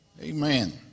Amen